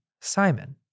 Simon